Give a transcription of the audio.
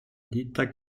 ditta